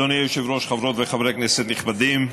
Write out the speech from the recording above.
אדוני היושב-ראש, חברות וחברי כנסת נכבדים,